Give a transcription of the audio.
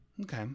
Okay